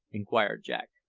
inquired jack.